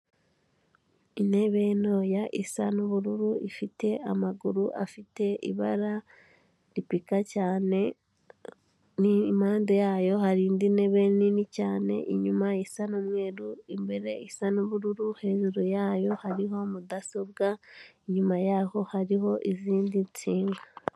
Intebe ntoya isa n'ubururu ifite amaguru afite ibara ripika cyane, impande yayo hari indi ntebe nini cyane inyuma isa n'umweru imbere isa n'ubururu hejuru ya yo hariho mudasobwa, inyuma ya ho hariho izindi nsinga.